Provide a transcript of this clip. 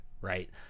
right